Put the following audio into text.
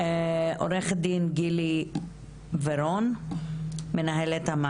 קודם כל אני באמת רוצה להודות על הדיון החשוב והמרגש הזה.